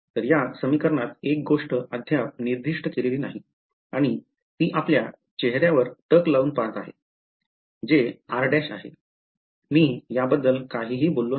तर या समीकरणात एक गोष्ट अद्याप निर्दिष्ट केलेली नाही आणि ती आपल्या चेहर्यावर टक लावून पाहत आहे जे r' आहे मी याबद्दल काहीही बोललो नाही